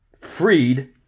freed